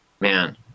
Man